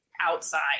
outside